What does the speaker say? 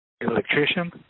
Electrician